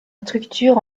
structure